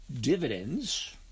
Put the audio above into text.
dividends